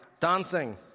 Dancing